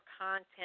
content